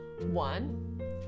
One